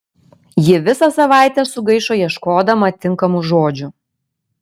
ji visą savaitę sugaišo ieškodama tinkamų žodžių